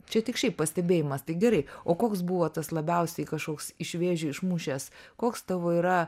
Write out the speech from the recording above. čia tik šiaip pastebėjimas tai gerai o koks buvo tas labiausiai kažkoks iš vėžių išmušęs koks tavo yra